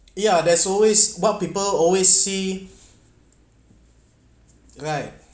yeah there's always what people always see right